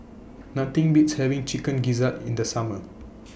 Nothing Beats having Chicken Gizzard in The Summer